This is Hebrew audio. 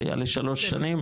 הוא היה לשלוש שנים.